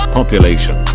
Population